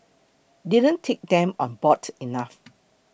didn't take them on board enough